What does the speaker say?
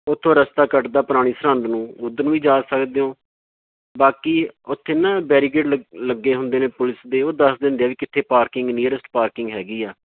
ਉੱਥੋਂ ਰਸਤਾ ਕੱਟਦਾ ਪੁਰਾਣੀ ਸਰਹੰਦ ਨੂੰ ਉੱਧਰ ਨੂੰ ਵੀ ਜਾ ਸਕਦੇ ਹੋ ਬਾਕੀ ਉੱਥੇ ਨਾ ਬੈਰੀਗੇਡ ਲ ਲੱਗੇ ਹੁੰਦੇ ਨੇ ਪੁਲਿਸ ਦੇ ਉਹ ਦੱਸ ਦਿੰਦੇ ਆ ਵੀ ਕਿੱਥੇ ਪਾਰਕਿੰਗ ਨੀਅਰਸਟ ਪਾਰਕਿੰਗ ਹੈਗੀ ਆ